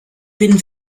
bin